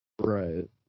Right